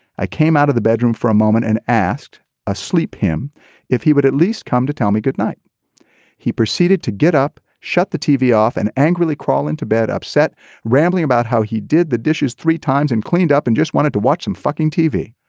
i came out of the bedroom for a moment and asked a sleep him if he would at least come to tell me good. he proceeded to get up shut the tv off and angrily crawl into bed upset rambling about how he did the dishes three times and cleaned up and just wanted to watch some fucking tv